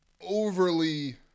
overly